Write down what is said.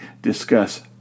discuss